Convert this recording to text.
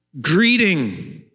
greeting